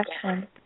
question